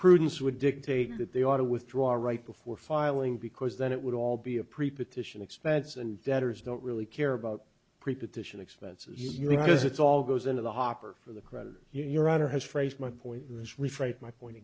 prudence would dictate that they ought to withdraw right before filing because then it would all be a preposition expense and debtors don't really care about preposition expenses you because it's all goes into the hopper for the creditor your honor his phrase my point is reframe my point